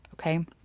Okay